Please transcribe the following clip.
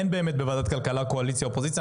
אין באמת בוועדת הכלכלה קואליציה ואופוזיציה.